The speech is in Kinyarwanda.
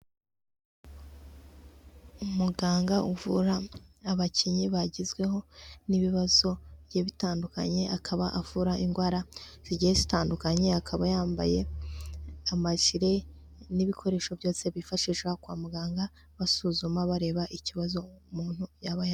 Umuganga uvura abakinnyi bagezweho n'ibibazo bigiye bitandukanye akaba avura indwara zigiye zitandukanye, akaba yambaye amajire n'ibikoresho byose byifashisha kwa muganga basuzuma bareba ikibazo umuntu yaba yagize.